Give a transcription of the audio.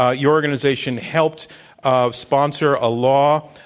ah your organization helped ah sponsor a law